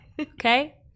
okay